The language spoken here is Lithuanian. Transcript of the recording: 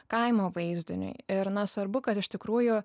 kaimo vaizdiniui ir na svarbu kad iš tikrųjų